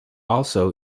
also